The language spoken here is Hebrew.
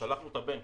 שלחנו את הבן.